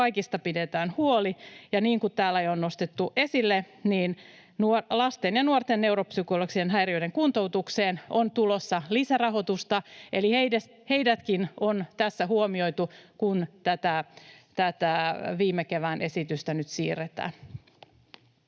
Kaikista pidetään huoli. Ja niin kuin täällä on jo nostettu esille, lasten ja nuorten neuropsykologisten häiriöiden kuntoutukseen on tulossa lisärahoitusta. Eli heidätkin on tässä huomioitu, kun tätä viime kevään esitystä nyt siirretään.